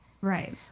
Right